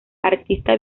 artista